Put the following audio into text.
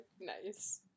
Nice